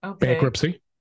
bankruptcy